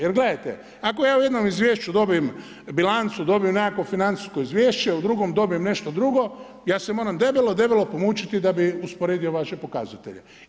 Jer gledajte, ako ja u jednom izvješću dobijem bilancu, dobijem nekakvo financijsko izvješće, u drugom dobijem nešto drugo, ja se moram debelo, debelo pomučiti da bi usporedio vaše pokazatelje.